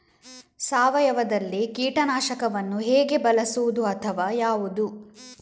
ಸಾವಯವದಲ್ಲಿ ಕೀಟನಾಶಕವನ್ನು ಹೇಗೆ ಬಳಸುವುದು ಅಥವಾ ಯಾವುದು?